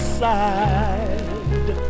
side